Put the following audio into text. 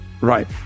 right